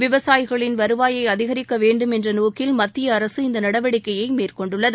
விவசாயிகளின் வருவாயை அதிகரிக்க வேண்டும் என்ற நோக்கில் மத்திய அரசு இந்த நடவடிக்கையை மேற்கொண்டுள்ளது